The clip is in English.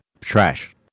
trash